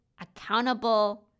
accountable